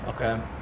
Okay